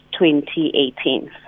2018